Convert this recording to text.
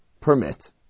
permit